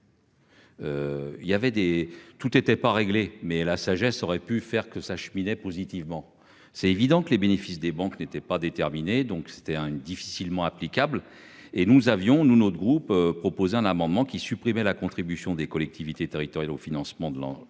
tout était pas réglé mais la sagesse aurait pu faire que s'acheminait positivement. C'est évident que les bénéfices des banques n'était pas déterminé donc c'était un une difficilement applicable et nous avions, nous, notre groupe proposer un amendement qui supprimait la contribution des collectivités territoriales au financement de l'an,